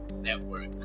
network